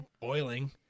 boiling